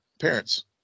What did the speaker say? parents